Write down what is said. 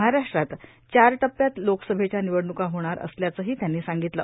महाराष्ट्रात चार टप्प्यात लोकसभेच्या निवडणूका होणार असल्याचंही त्यांनी सांगितलं